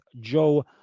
Joe